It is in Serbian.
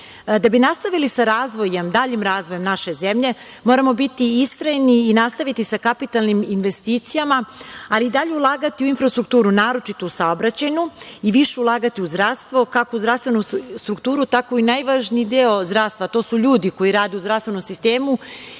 bi nastavili sa daljim razvojem naše zemlje, moramo biti istrajni i nastaviti sa kapitalnim investicijama, ali i dalje ulagati u infrastrukturu, naročito u saobraćajnu i više ulagati u zdravstvo, kako u zdravstvenu strukturu, tako i najvažniji deo zdravstva, a to su ljudi koji rade u zdravstvenom sistemu.